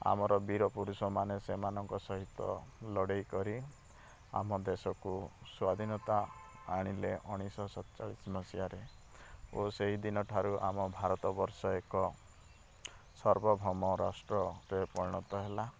ଆମର ବୀର ପୁରୁଷମାନେ ସେମାନଙ୍କ ସହିତ ଲଢ଼େଇ କରି ଆମ ଦେଶକୁ ସ୍ବାଧିନତା ଆଣିଲେ ଉଣେଇଶ ସତଚାଳିଶି ମସିହାରେ ଓ ସେହିଦିନ ଠାରୁ ଆମ ଭାରତ ବର୍ଷ ଏକ ସର୍ବଭୌମ ରାଷ୍ଟ୍ରରେ ପରିଣତ ହେଲା